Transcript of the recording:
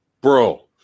Bro